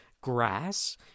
grass